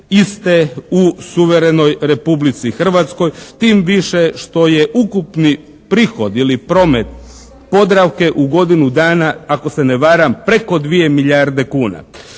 iste u suvremenoj Republici Hrvatskoj. Tim više što je ukupni prihod ili promet "Podravke" u godinu dana, ako se ne varam, preko 2 milijarde kuna.